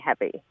heavy